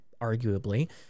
arguably